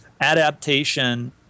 adaptation